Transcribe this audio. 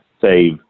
save